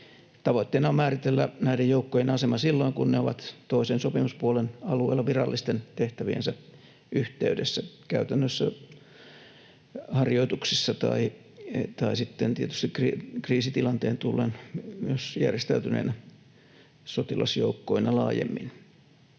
Tavoitteena on määritellä näiden joukkojen asema silloin kun ne ovat toisen sopimuspuolen alueella virallisten tehtäviensä yhteydessä, käytännössä harjoituksissa tai sitten tietysti kriisitilanteen tullen myös järjestäytyneinä sotilasjoukkoina laajemmin.